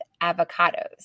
avocados